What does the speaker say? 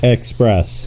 Express